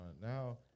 now